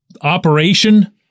operation